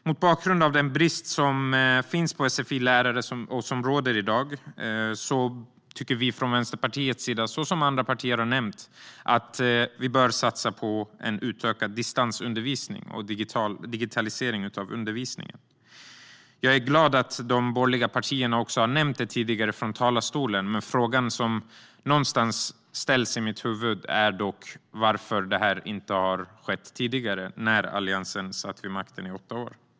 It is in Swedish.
Mot bakgrund av den brist på sfi-lärare som i dag råder tycker vi från Vänsterpartiets sida att vi bör satsa på utökad distansundervisning och digitalisering av undervisningen, som andra partier har nämnt. Jag är glad att de borgerliga partierna tidigare har nämnt det från talarstolen, men frågan som ställs i mitt huvud är varför det här inte skedde tidigare, när Alliansen i åtta år satt vid makten.